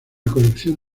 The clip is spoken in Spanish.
colección